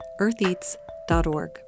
eartheats.org